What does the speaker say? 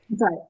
Right